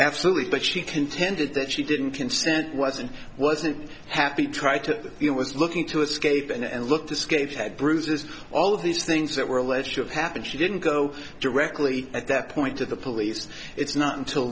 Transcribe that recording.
absolutely but she contended that she didn't consent wasn't wasn't happy try to you know was looking to escape and looked escape had bruises all of these things that were alleged to have happened she didn't go directly at that point to the police it's not until